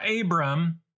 Abram